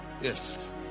yes